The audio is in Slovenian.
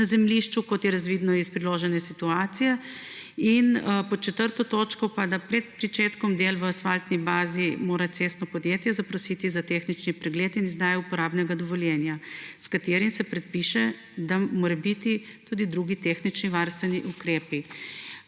na zemljišču, kot je razvidno iz priložene dokumentacije, in pod 4. točko, da pred pričetkom del v asfaltni bazi mora cestno podjetje zaprositi za tehnični pregled in izdajo uporabnega dovoljenja, s katerim se predpišejo tudi morebitni drugi tehnični varstveni ukrepi.